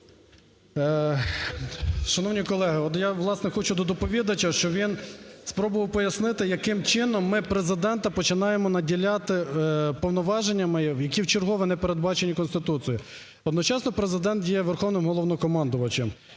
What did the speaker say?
Шановні колеги, от, я, власне, хочу до доповідача, щоб він спробував пояснити яким чином ми Президента починаємо наділяти повноваженнями, які вчергове не передбачені Конституцією. Одночасно Президент є Верховним Головнокомандувачем,